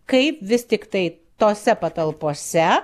kaip vis tiktai tose patalpose